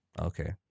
Okay